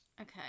Okay